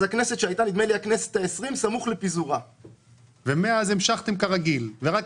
נדמה לי שסמוך לפיזור הכנסת ה-20.